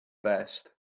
best